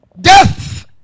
Death